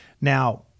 Now